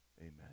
amen